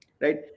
Right